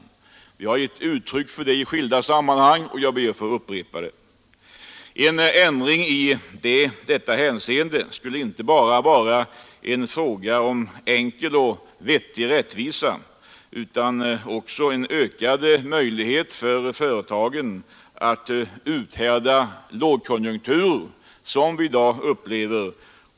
Jag har påpekat detta i skilda sammanhang och jag ber att få upprepa det. En ändring i detta hänseende skulle inte bara vara en fråga om enkel och vettig rättvisa utan också innebära en ökad möjlighet för företagen att uthärda den lågkonjunktur och den kris vi i dag upplever.